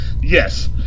Yes